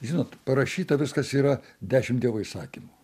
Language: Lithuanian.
žinot parašyta viskas yra dešim dievo įsakymų